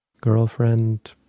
Girlfriend